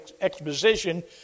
exposition